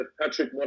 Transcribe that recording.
Patrick